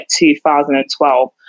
2012